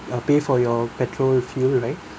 uh pay for your petrol fuel right